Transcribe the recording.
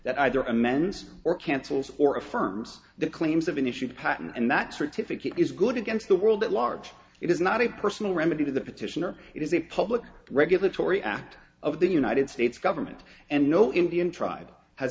that either amends or cancels or affirms the claims have been issued patent and that certificate is good against the world at large it is not a personal remedy to the petitioner it is a public regulatory act of the united states government and no indian tribe ha